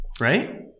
Right